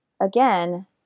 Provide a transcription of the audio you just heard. Again